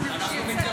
די, די.